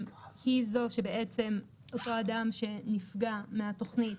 היא זו שבעצם אותו אדם שנפגע מהתוכנית,